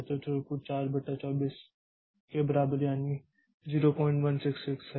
तो थ्रूपुट 4 बटा 24 के बराबर यानी 0166 है